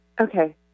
okay